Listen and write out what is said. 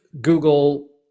Google